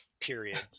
Period